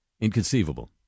inconceivable